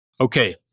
Okay